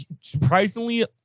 Surprisingly